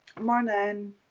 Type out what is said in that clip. Morning